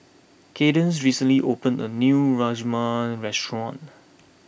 Kaydence recently opened a new Rajma restaurant